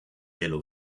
yellow